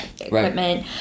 equipment